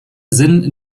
sinn